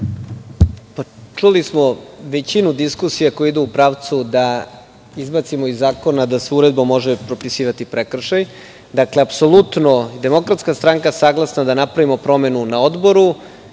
Čuli smo većinu diskusija koje idu u pravcu da izbacimo iz zakona da se uredbom može propisivati prekršaj. Apsolutno, DS je saglasna da napravimo promenu na odboru.